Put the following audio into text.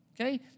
okay